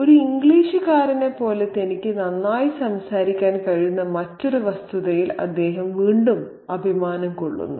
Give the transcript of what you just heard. ഒരു ഇംഗ്ലീഷുകാരനെപ്പോലെ തനിക്ക് നന്നായി സംസാരിക്കാൻ കഴിയുന്ന മറ്റൊരു വസ്തുതയിൽ അദ്ദേഹം അഭിമാനിക്കുന്നു